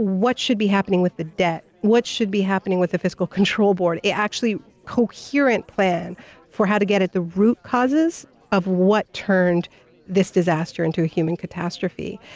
what should be happening with the debt, what should be happening with the fiscal control board. an actually coherent plan for how to get at the root causes of what turned this disaster into a human catastrophe.